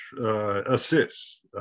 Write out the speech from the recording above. assists